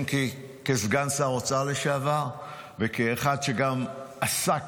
אם כי כסגן שר האוצר לשעבר וכאחד שגם עסק